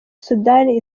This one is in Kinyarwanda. sudani